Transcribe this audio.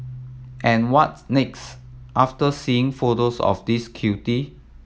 and what's next after seeing photos of this cutie